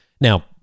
Now